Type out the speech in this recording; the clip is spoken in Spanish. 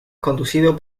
conducido